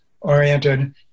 oriented